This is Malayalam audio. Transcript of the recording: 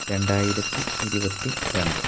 രണ്ടായിരത്തി ഇരുപത്തി രണ്ട്